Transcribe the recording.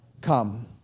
come